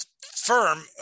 firm